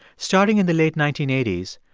starting in the late nineteen eighty s,